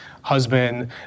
husband